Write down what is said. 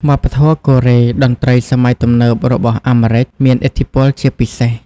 វប្បធម៌កូរ៉េ តន្ត្រីសម័យទំនើបរបស់អាមេរិក មានឥទ្ធិពលជាពិសេស។